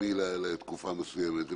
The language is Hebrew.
חד-פעמי לתקופה מסוימת.